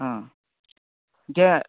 గా